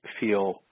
feel